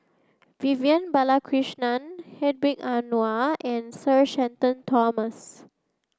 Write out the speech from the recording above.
Vivian Balakrishnan Hedwig Anuar and Sir Shenton Thomas